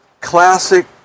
classic